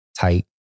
tight